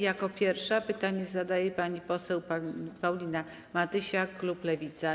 Jako pierwsza pytanie zadaje pani poseł Paulina Matysiak, klub Lewica.